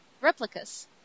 replicas